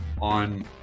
on